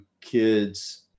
kids